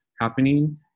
happening